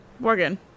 Morgan